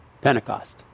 Pentecost